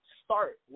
start